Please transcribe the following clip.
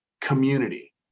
community